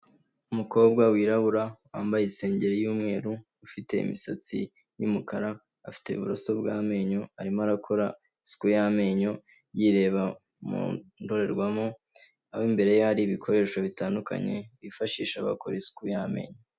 Umukobwa wirabura wambaye isengeri y'umweru, ufite imisatsi y'umukara, afite uburoso bwamenyo arimo arakora isuku y'amenyo yireba mu ndorerwamo, aho imbere ye hari ibikoresho bitandukanye bifashisha bakora isuku y'amenyo.